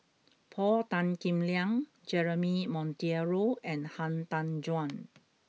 Paul Tan Kim Liang Jeremy Monteiro and Han Tan Juan